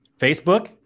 Facebook